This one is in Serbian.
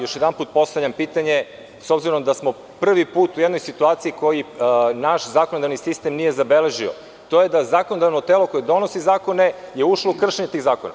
Još jednom postavljam pitanje, s obzirom da smo prvi put u jednoj situaciji koju naš zakonodavni sistem nije zabeležio, a to je da zakonodavno telo koje donosi zakone je ušlo u kršenje tih zakona.